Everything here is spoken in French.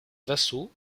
vassaux